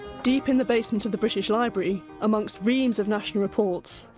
deep in the basement of the british library, amongst reams of national reports,